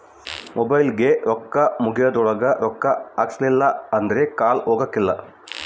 ಮೊಬೈಲಿಗೆ ರೊಕ್ಕ ಮುಗೆದ್ರೊಳಗ ರೊಕ್ಕ ಹಾಕ್ಸಿಲ್ಲಿಲ್ಲ ಅಂದ್ರ ಕಾಲ್ ಹೊಗಕಿಲ್ಲ